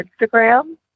Instagram